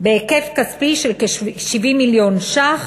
בהיקף כספי של כ-70 מיליון שקלים.